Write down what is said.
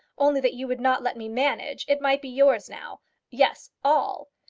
only that you would not let me manage, it might be yours now yes, all.